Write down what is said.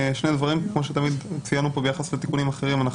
כמו שתמיד ציינו פה ביחס לתיקונים אחרים אנחנו